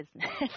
business